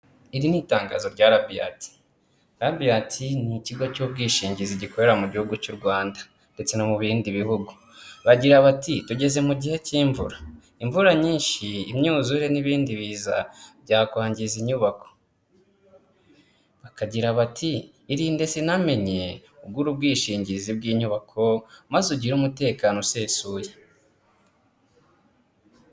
Iri ni itangazo rya radiant, radiant ni ikigo cy'ubwishingizi gikorera mu gihugu cy'u Rwanda ndetse no mu bindi bihugu, baragira bati tugeze mu gihe cy'imvura. Imvura nyinshi, imyuzure, n'ibindi biza byakwangiza inyubako. Bakagira bati irinde sinamenye ugure ubwishingizi bw'inyubako maze ugire umutekano usesuye.